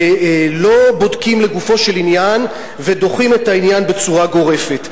ולא בודקים לגופו של עניין ודוחים את העניין בצורה גורפת.